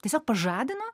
tiesiog pažadino